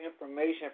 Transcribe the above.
information